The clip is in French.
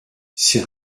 c’est